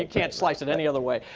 ah can't slice in any other way.